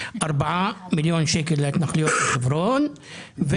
4 מיליון שקלים להתנחלויות בחברון,